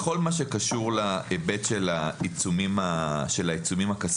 לכל מה שקשור להיבט של העיצומים הכספיים,